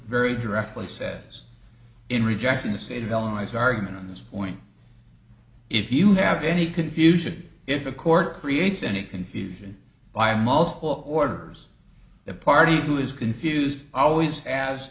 very directly says in rejecting the state of illinois argument on this point if you have any confusion if a court creates any confusion by multiple orders the party who is confused always as